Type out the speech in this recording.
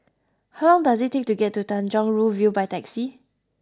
how long does it take to get to Tanjong Rhu View by taxi